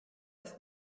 ist